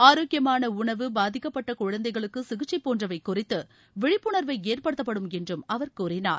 ஆரோக்கியமான உணவு பாதிக்கப்பட்ட குழந்தைகளுக்கு சிகிச்சை போன்றவை குறித்து விழிப்புணர்வு ஏற்படுத்தப்படுத்தப்படும் என்று அவர் கூறினார்